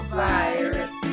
virus